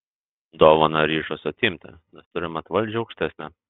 dovaną ryžos atimti nes turi mat valdžią aukštesnę